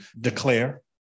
declare